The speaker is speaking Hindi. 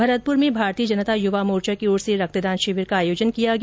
भरतपुर में भारतीय जनता युवा मोर्चा की ओर से रक्तदान शिविर का आयोजन किया गया